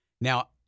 now